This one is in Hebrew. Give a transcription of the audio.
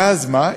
ואז מה?